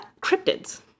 cryptids